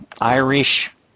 Irish